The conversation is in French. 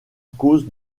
cause